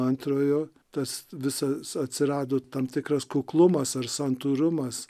antrojo tas visas atsirado tam tikras kuklumas ar santūrumas